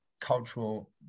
cultural